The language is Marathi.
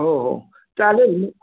हो हो चालेल मी